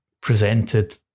presented